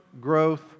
growth